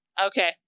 okay